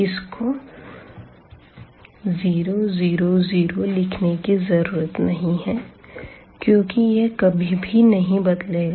इसको 0 0 0 लिखने की जरूरत नहीं है क्योंकि यह कभी भी नहीं बदलेगा